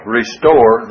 restore